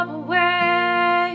away